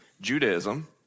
Judaism